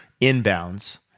inbounds